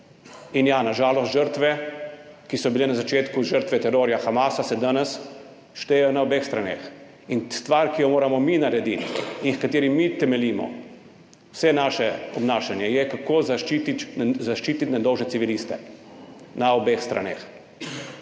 In ja, na žalost se žrtve, ki so bile na začetku žrtve terorja Hamasa, danes štejejo na obeh straneh. In stvar, ki jo moramo mi narediti in h kateri mi temeljimo vse naše obnašanje, je, kako zaščititi nedolžne civiliste na obeh straneh,